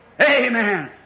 Amen